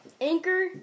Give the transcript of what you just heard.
Anchor